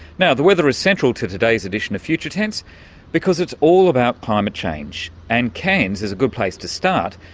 now the weather is central to today's edition of future tense because it's all about climate change, and cairns is a good place to start,